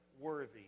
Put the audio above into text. worthy